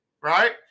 right